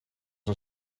een